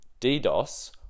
DDoS